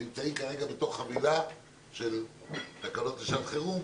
נמצאות כרגע בתוך חבילה של תקנות לשעת חירום